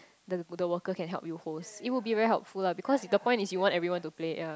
the the the worker can help you host it will be very helpful lah because the point is you want everyone to play ya